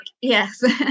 Yes